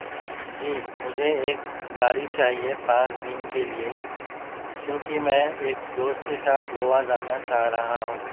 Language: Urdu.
جی مجھے ایک گاڑی چاہیے پانچ دن کے لیے کیونکہ میں ایک دوست کے ساتھ گووا جانا چاہ رہا ہوں